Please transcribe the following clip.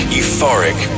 euphoric